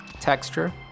texture